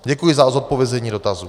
Děkuji za zodpovězení dotazů.